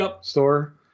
Store